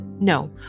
No